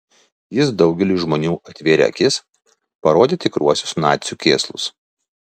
jis daugeliui žmonių atvėrė akis parodė tikruosius nacių kėslus